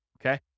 okay